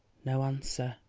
no answer.